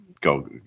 go